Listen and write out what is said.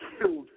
killed